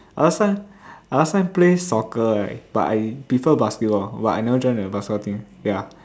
last time I last time play soccer right but I prefer basketball but I never join the basketball team ya